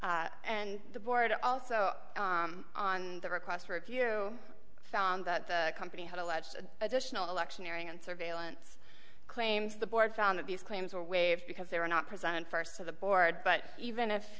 rule and the board also on the requests for if you found that the company had a large additional electioneering and surveillance claims the board found that these claims were waived because they were not present first to the board but even if